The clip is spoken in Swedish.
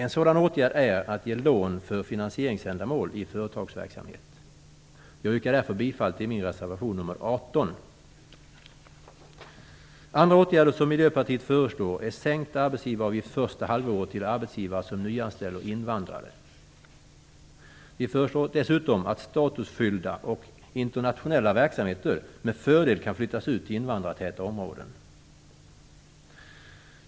En sådan åtgärd är att ge lån för finansieringsändamål i företagsverksamhet. Jag yrkar därför bifall till min reservation nr 18. Andra åtgärder som Miljöpartiet föreslår är sänkta arbetsgivaravgifter första halvåret till arbetsgivare som nyanställer invandrare. Vi föreslår dessutom att statusfyllda och internationella verksamheter med fördel kan flyttas ut till invandrartäta områden.